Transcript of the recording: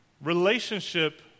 Relationship